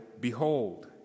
behold